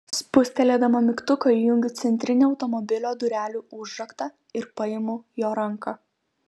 spustelėdama mygtuką įjungiu centrinį automobilio durelių užraktą ir paimu jo ranką